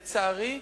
לצערי,